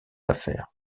affaires